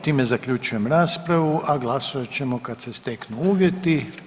Time zaključujem raspravu, a glasovat ćemo kad se steknu uvjeti.